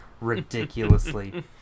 ridiculously